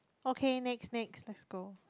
okay next next let's go